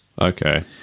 Okay